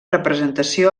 representació